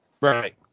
Right